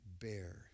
bear